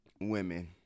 Women